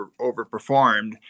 overperformed